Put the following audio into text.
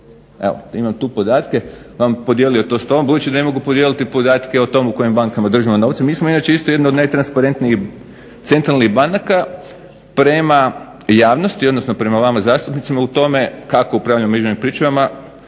Imam tu podatke, budući da ne mogu podijeliti podatke o tome u kojim bankama držimo novce, mi smo inače jedna od najtransparentnijih centralnih banaka prema javnosti, prema vama zastupnicima o tome kako upravljamo pričuvama,